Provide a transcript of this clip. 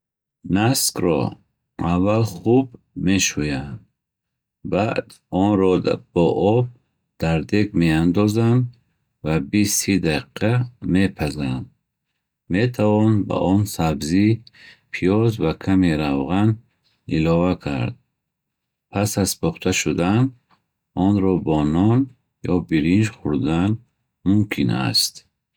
Наскро аввал хуб мешӯянд. Баъд онро бо об дар дег меандозанд ва бист-си дақиқа мепазанд. Метавон ба он сабзӣ, пиёз ва каме равған илова кард. Пас аз пухта шудан, онро бо нон ё биринҷ хӯрдан мумкин аст.